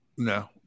No